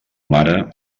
mare